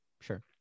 sure